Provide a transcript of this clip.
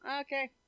Okay